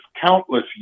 countless